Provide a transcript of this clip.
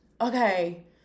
Okay